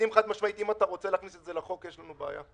אם אתה רוצה להכניס את זה לחוק יש לנו בעיה,